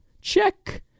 Check